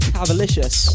Cavalicious